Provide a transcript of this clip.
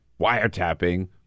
wiretapping